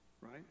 Right